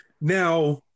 Now